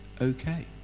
okay